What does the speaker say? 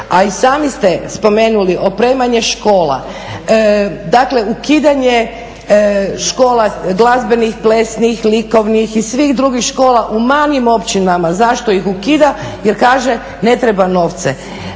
A i sami ste spomenuli, opremanje škola, dakle ukidanje škola glazbenih, plesnih, likovnih i svih drugih škola u manjim općinama, zašto ih ukida jer kaže ne treba novce.